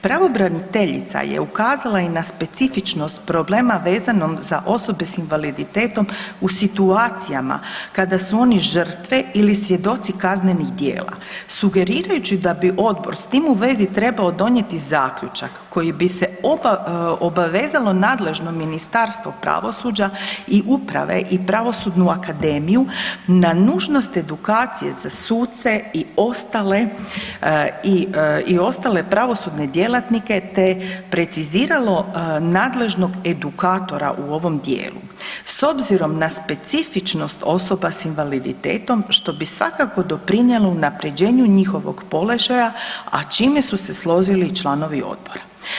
Pravobraniteljica je ukazala i na specifičnost problema vezanom za osobe s invaliditetom u situacijama kada su oni žrtve ili svjedoci kaznenih djela sugerirajući da bi odbor s tim u vezi trebao donijeti zaključak kojim bi se obavezalo nadležno Ministarstvo pravosuđa i uprave i Pravosudnu akademiju na nužnost edukacije za suce i ostale i ostale pravosudne djelatnike te preciziralo nadležnog edukatora u ovom dijelu s obzirom na specifičnost osoba s invaliditetom što bi svakako doprinijelo unapređenju njihovog položaja a s čime su se složili i članovi odbora.